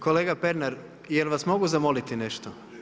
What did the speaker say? Kolega Pernar, jel vas mogu zamoliti nešto?